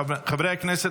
חברי הכנסת,